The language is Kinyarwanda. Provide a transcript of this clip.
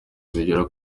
zigera